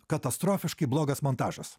katastrofiškai blogas montažas